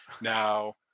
Now